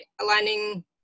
Aligning